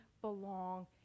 belong